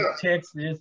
Texas